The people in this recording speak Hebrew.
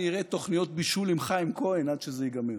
אני אראה תוכניות בישול עם חיים כהן עד שזה ייגמר.